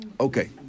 Okay